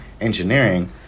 engineering